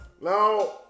Now